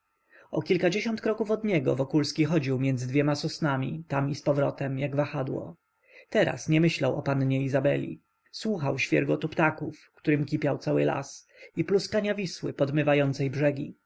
o kilkadziesiąt kroków od niego wokulski chodził między dwoma sosnami tam i napowrót jak wahadło teraz nie myślał o pannie izabeli słuchał świergotu ptaków którym kipiał cały las i pluskania wisły podmywającej brzegi